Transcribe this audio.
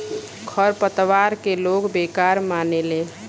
खर पतवार के लोग बेकार मानेले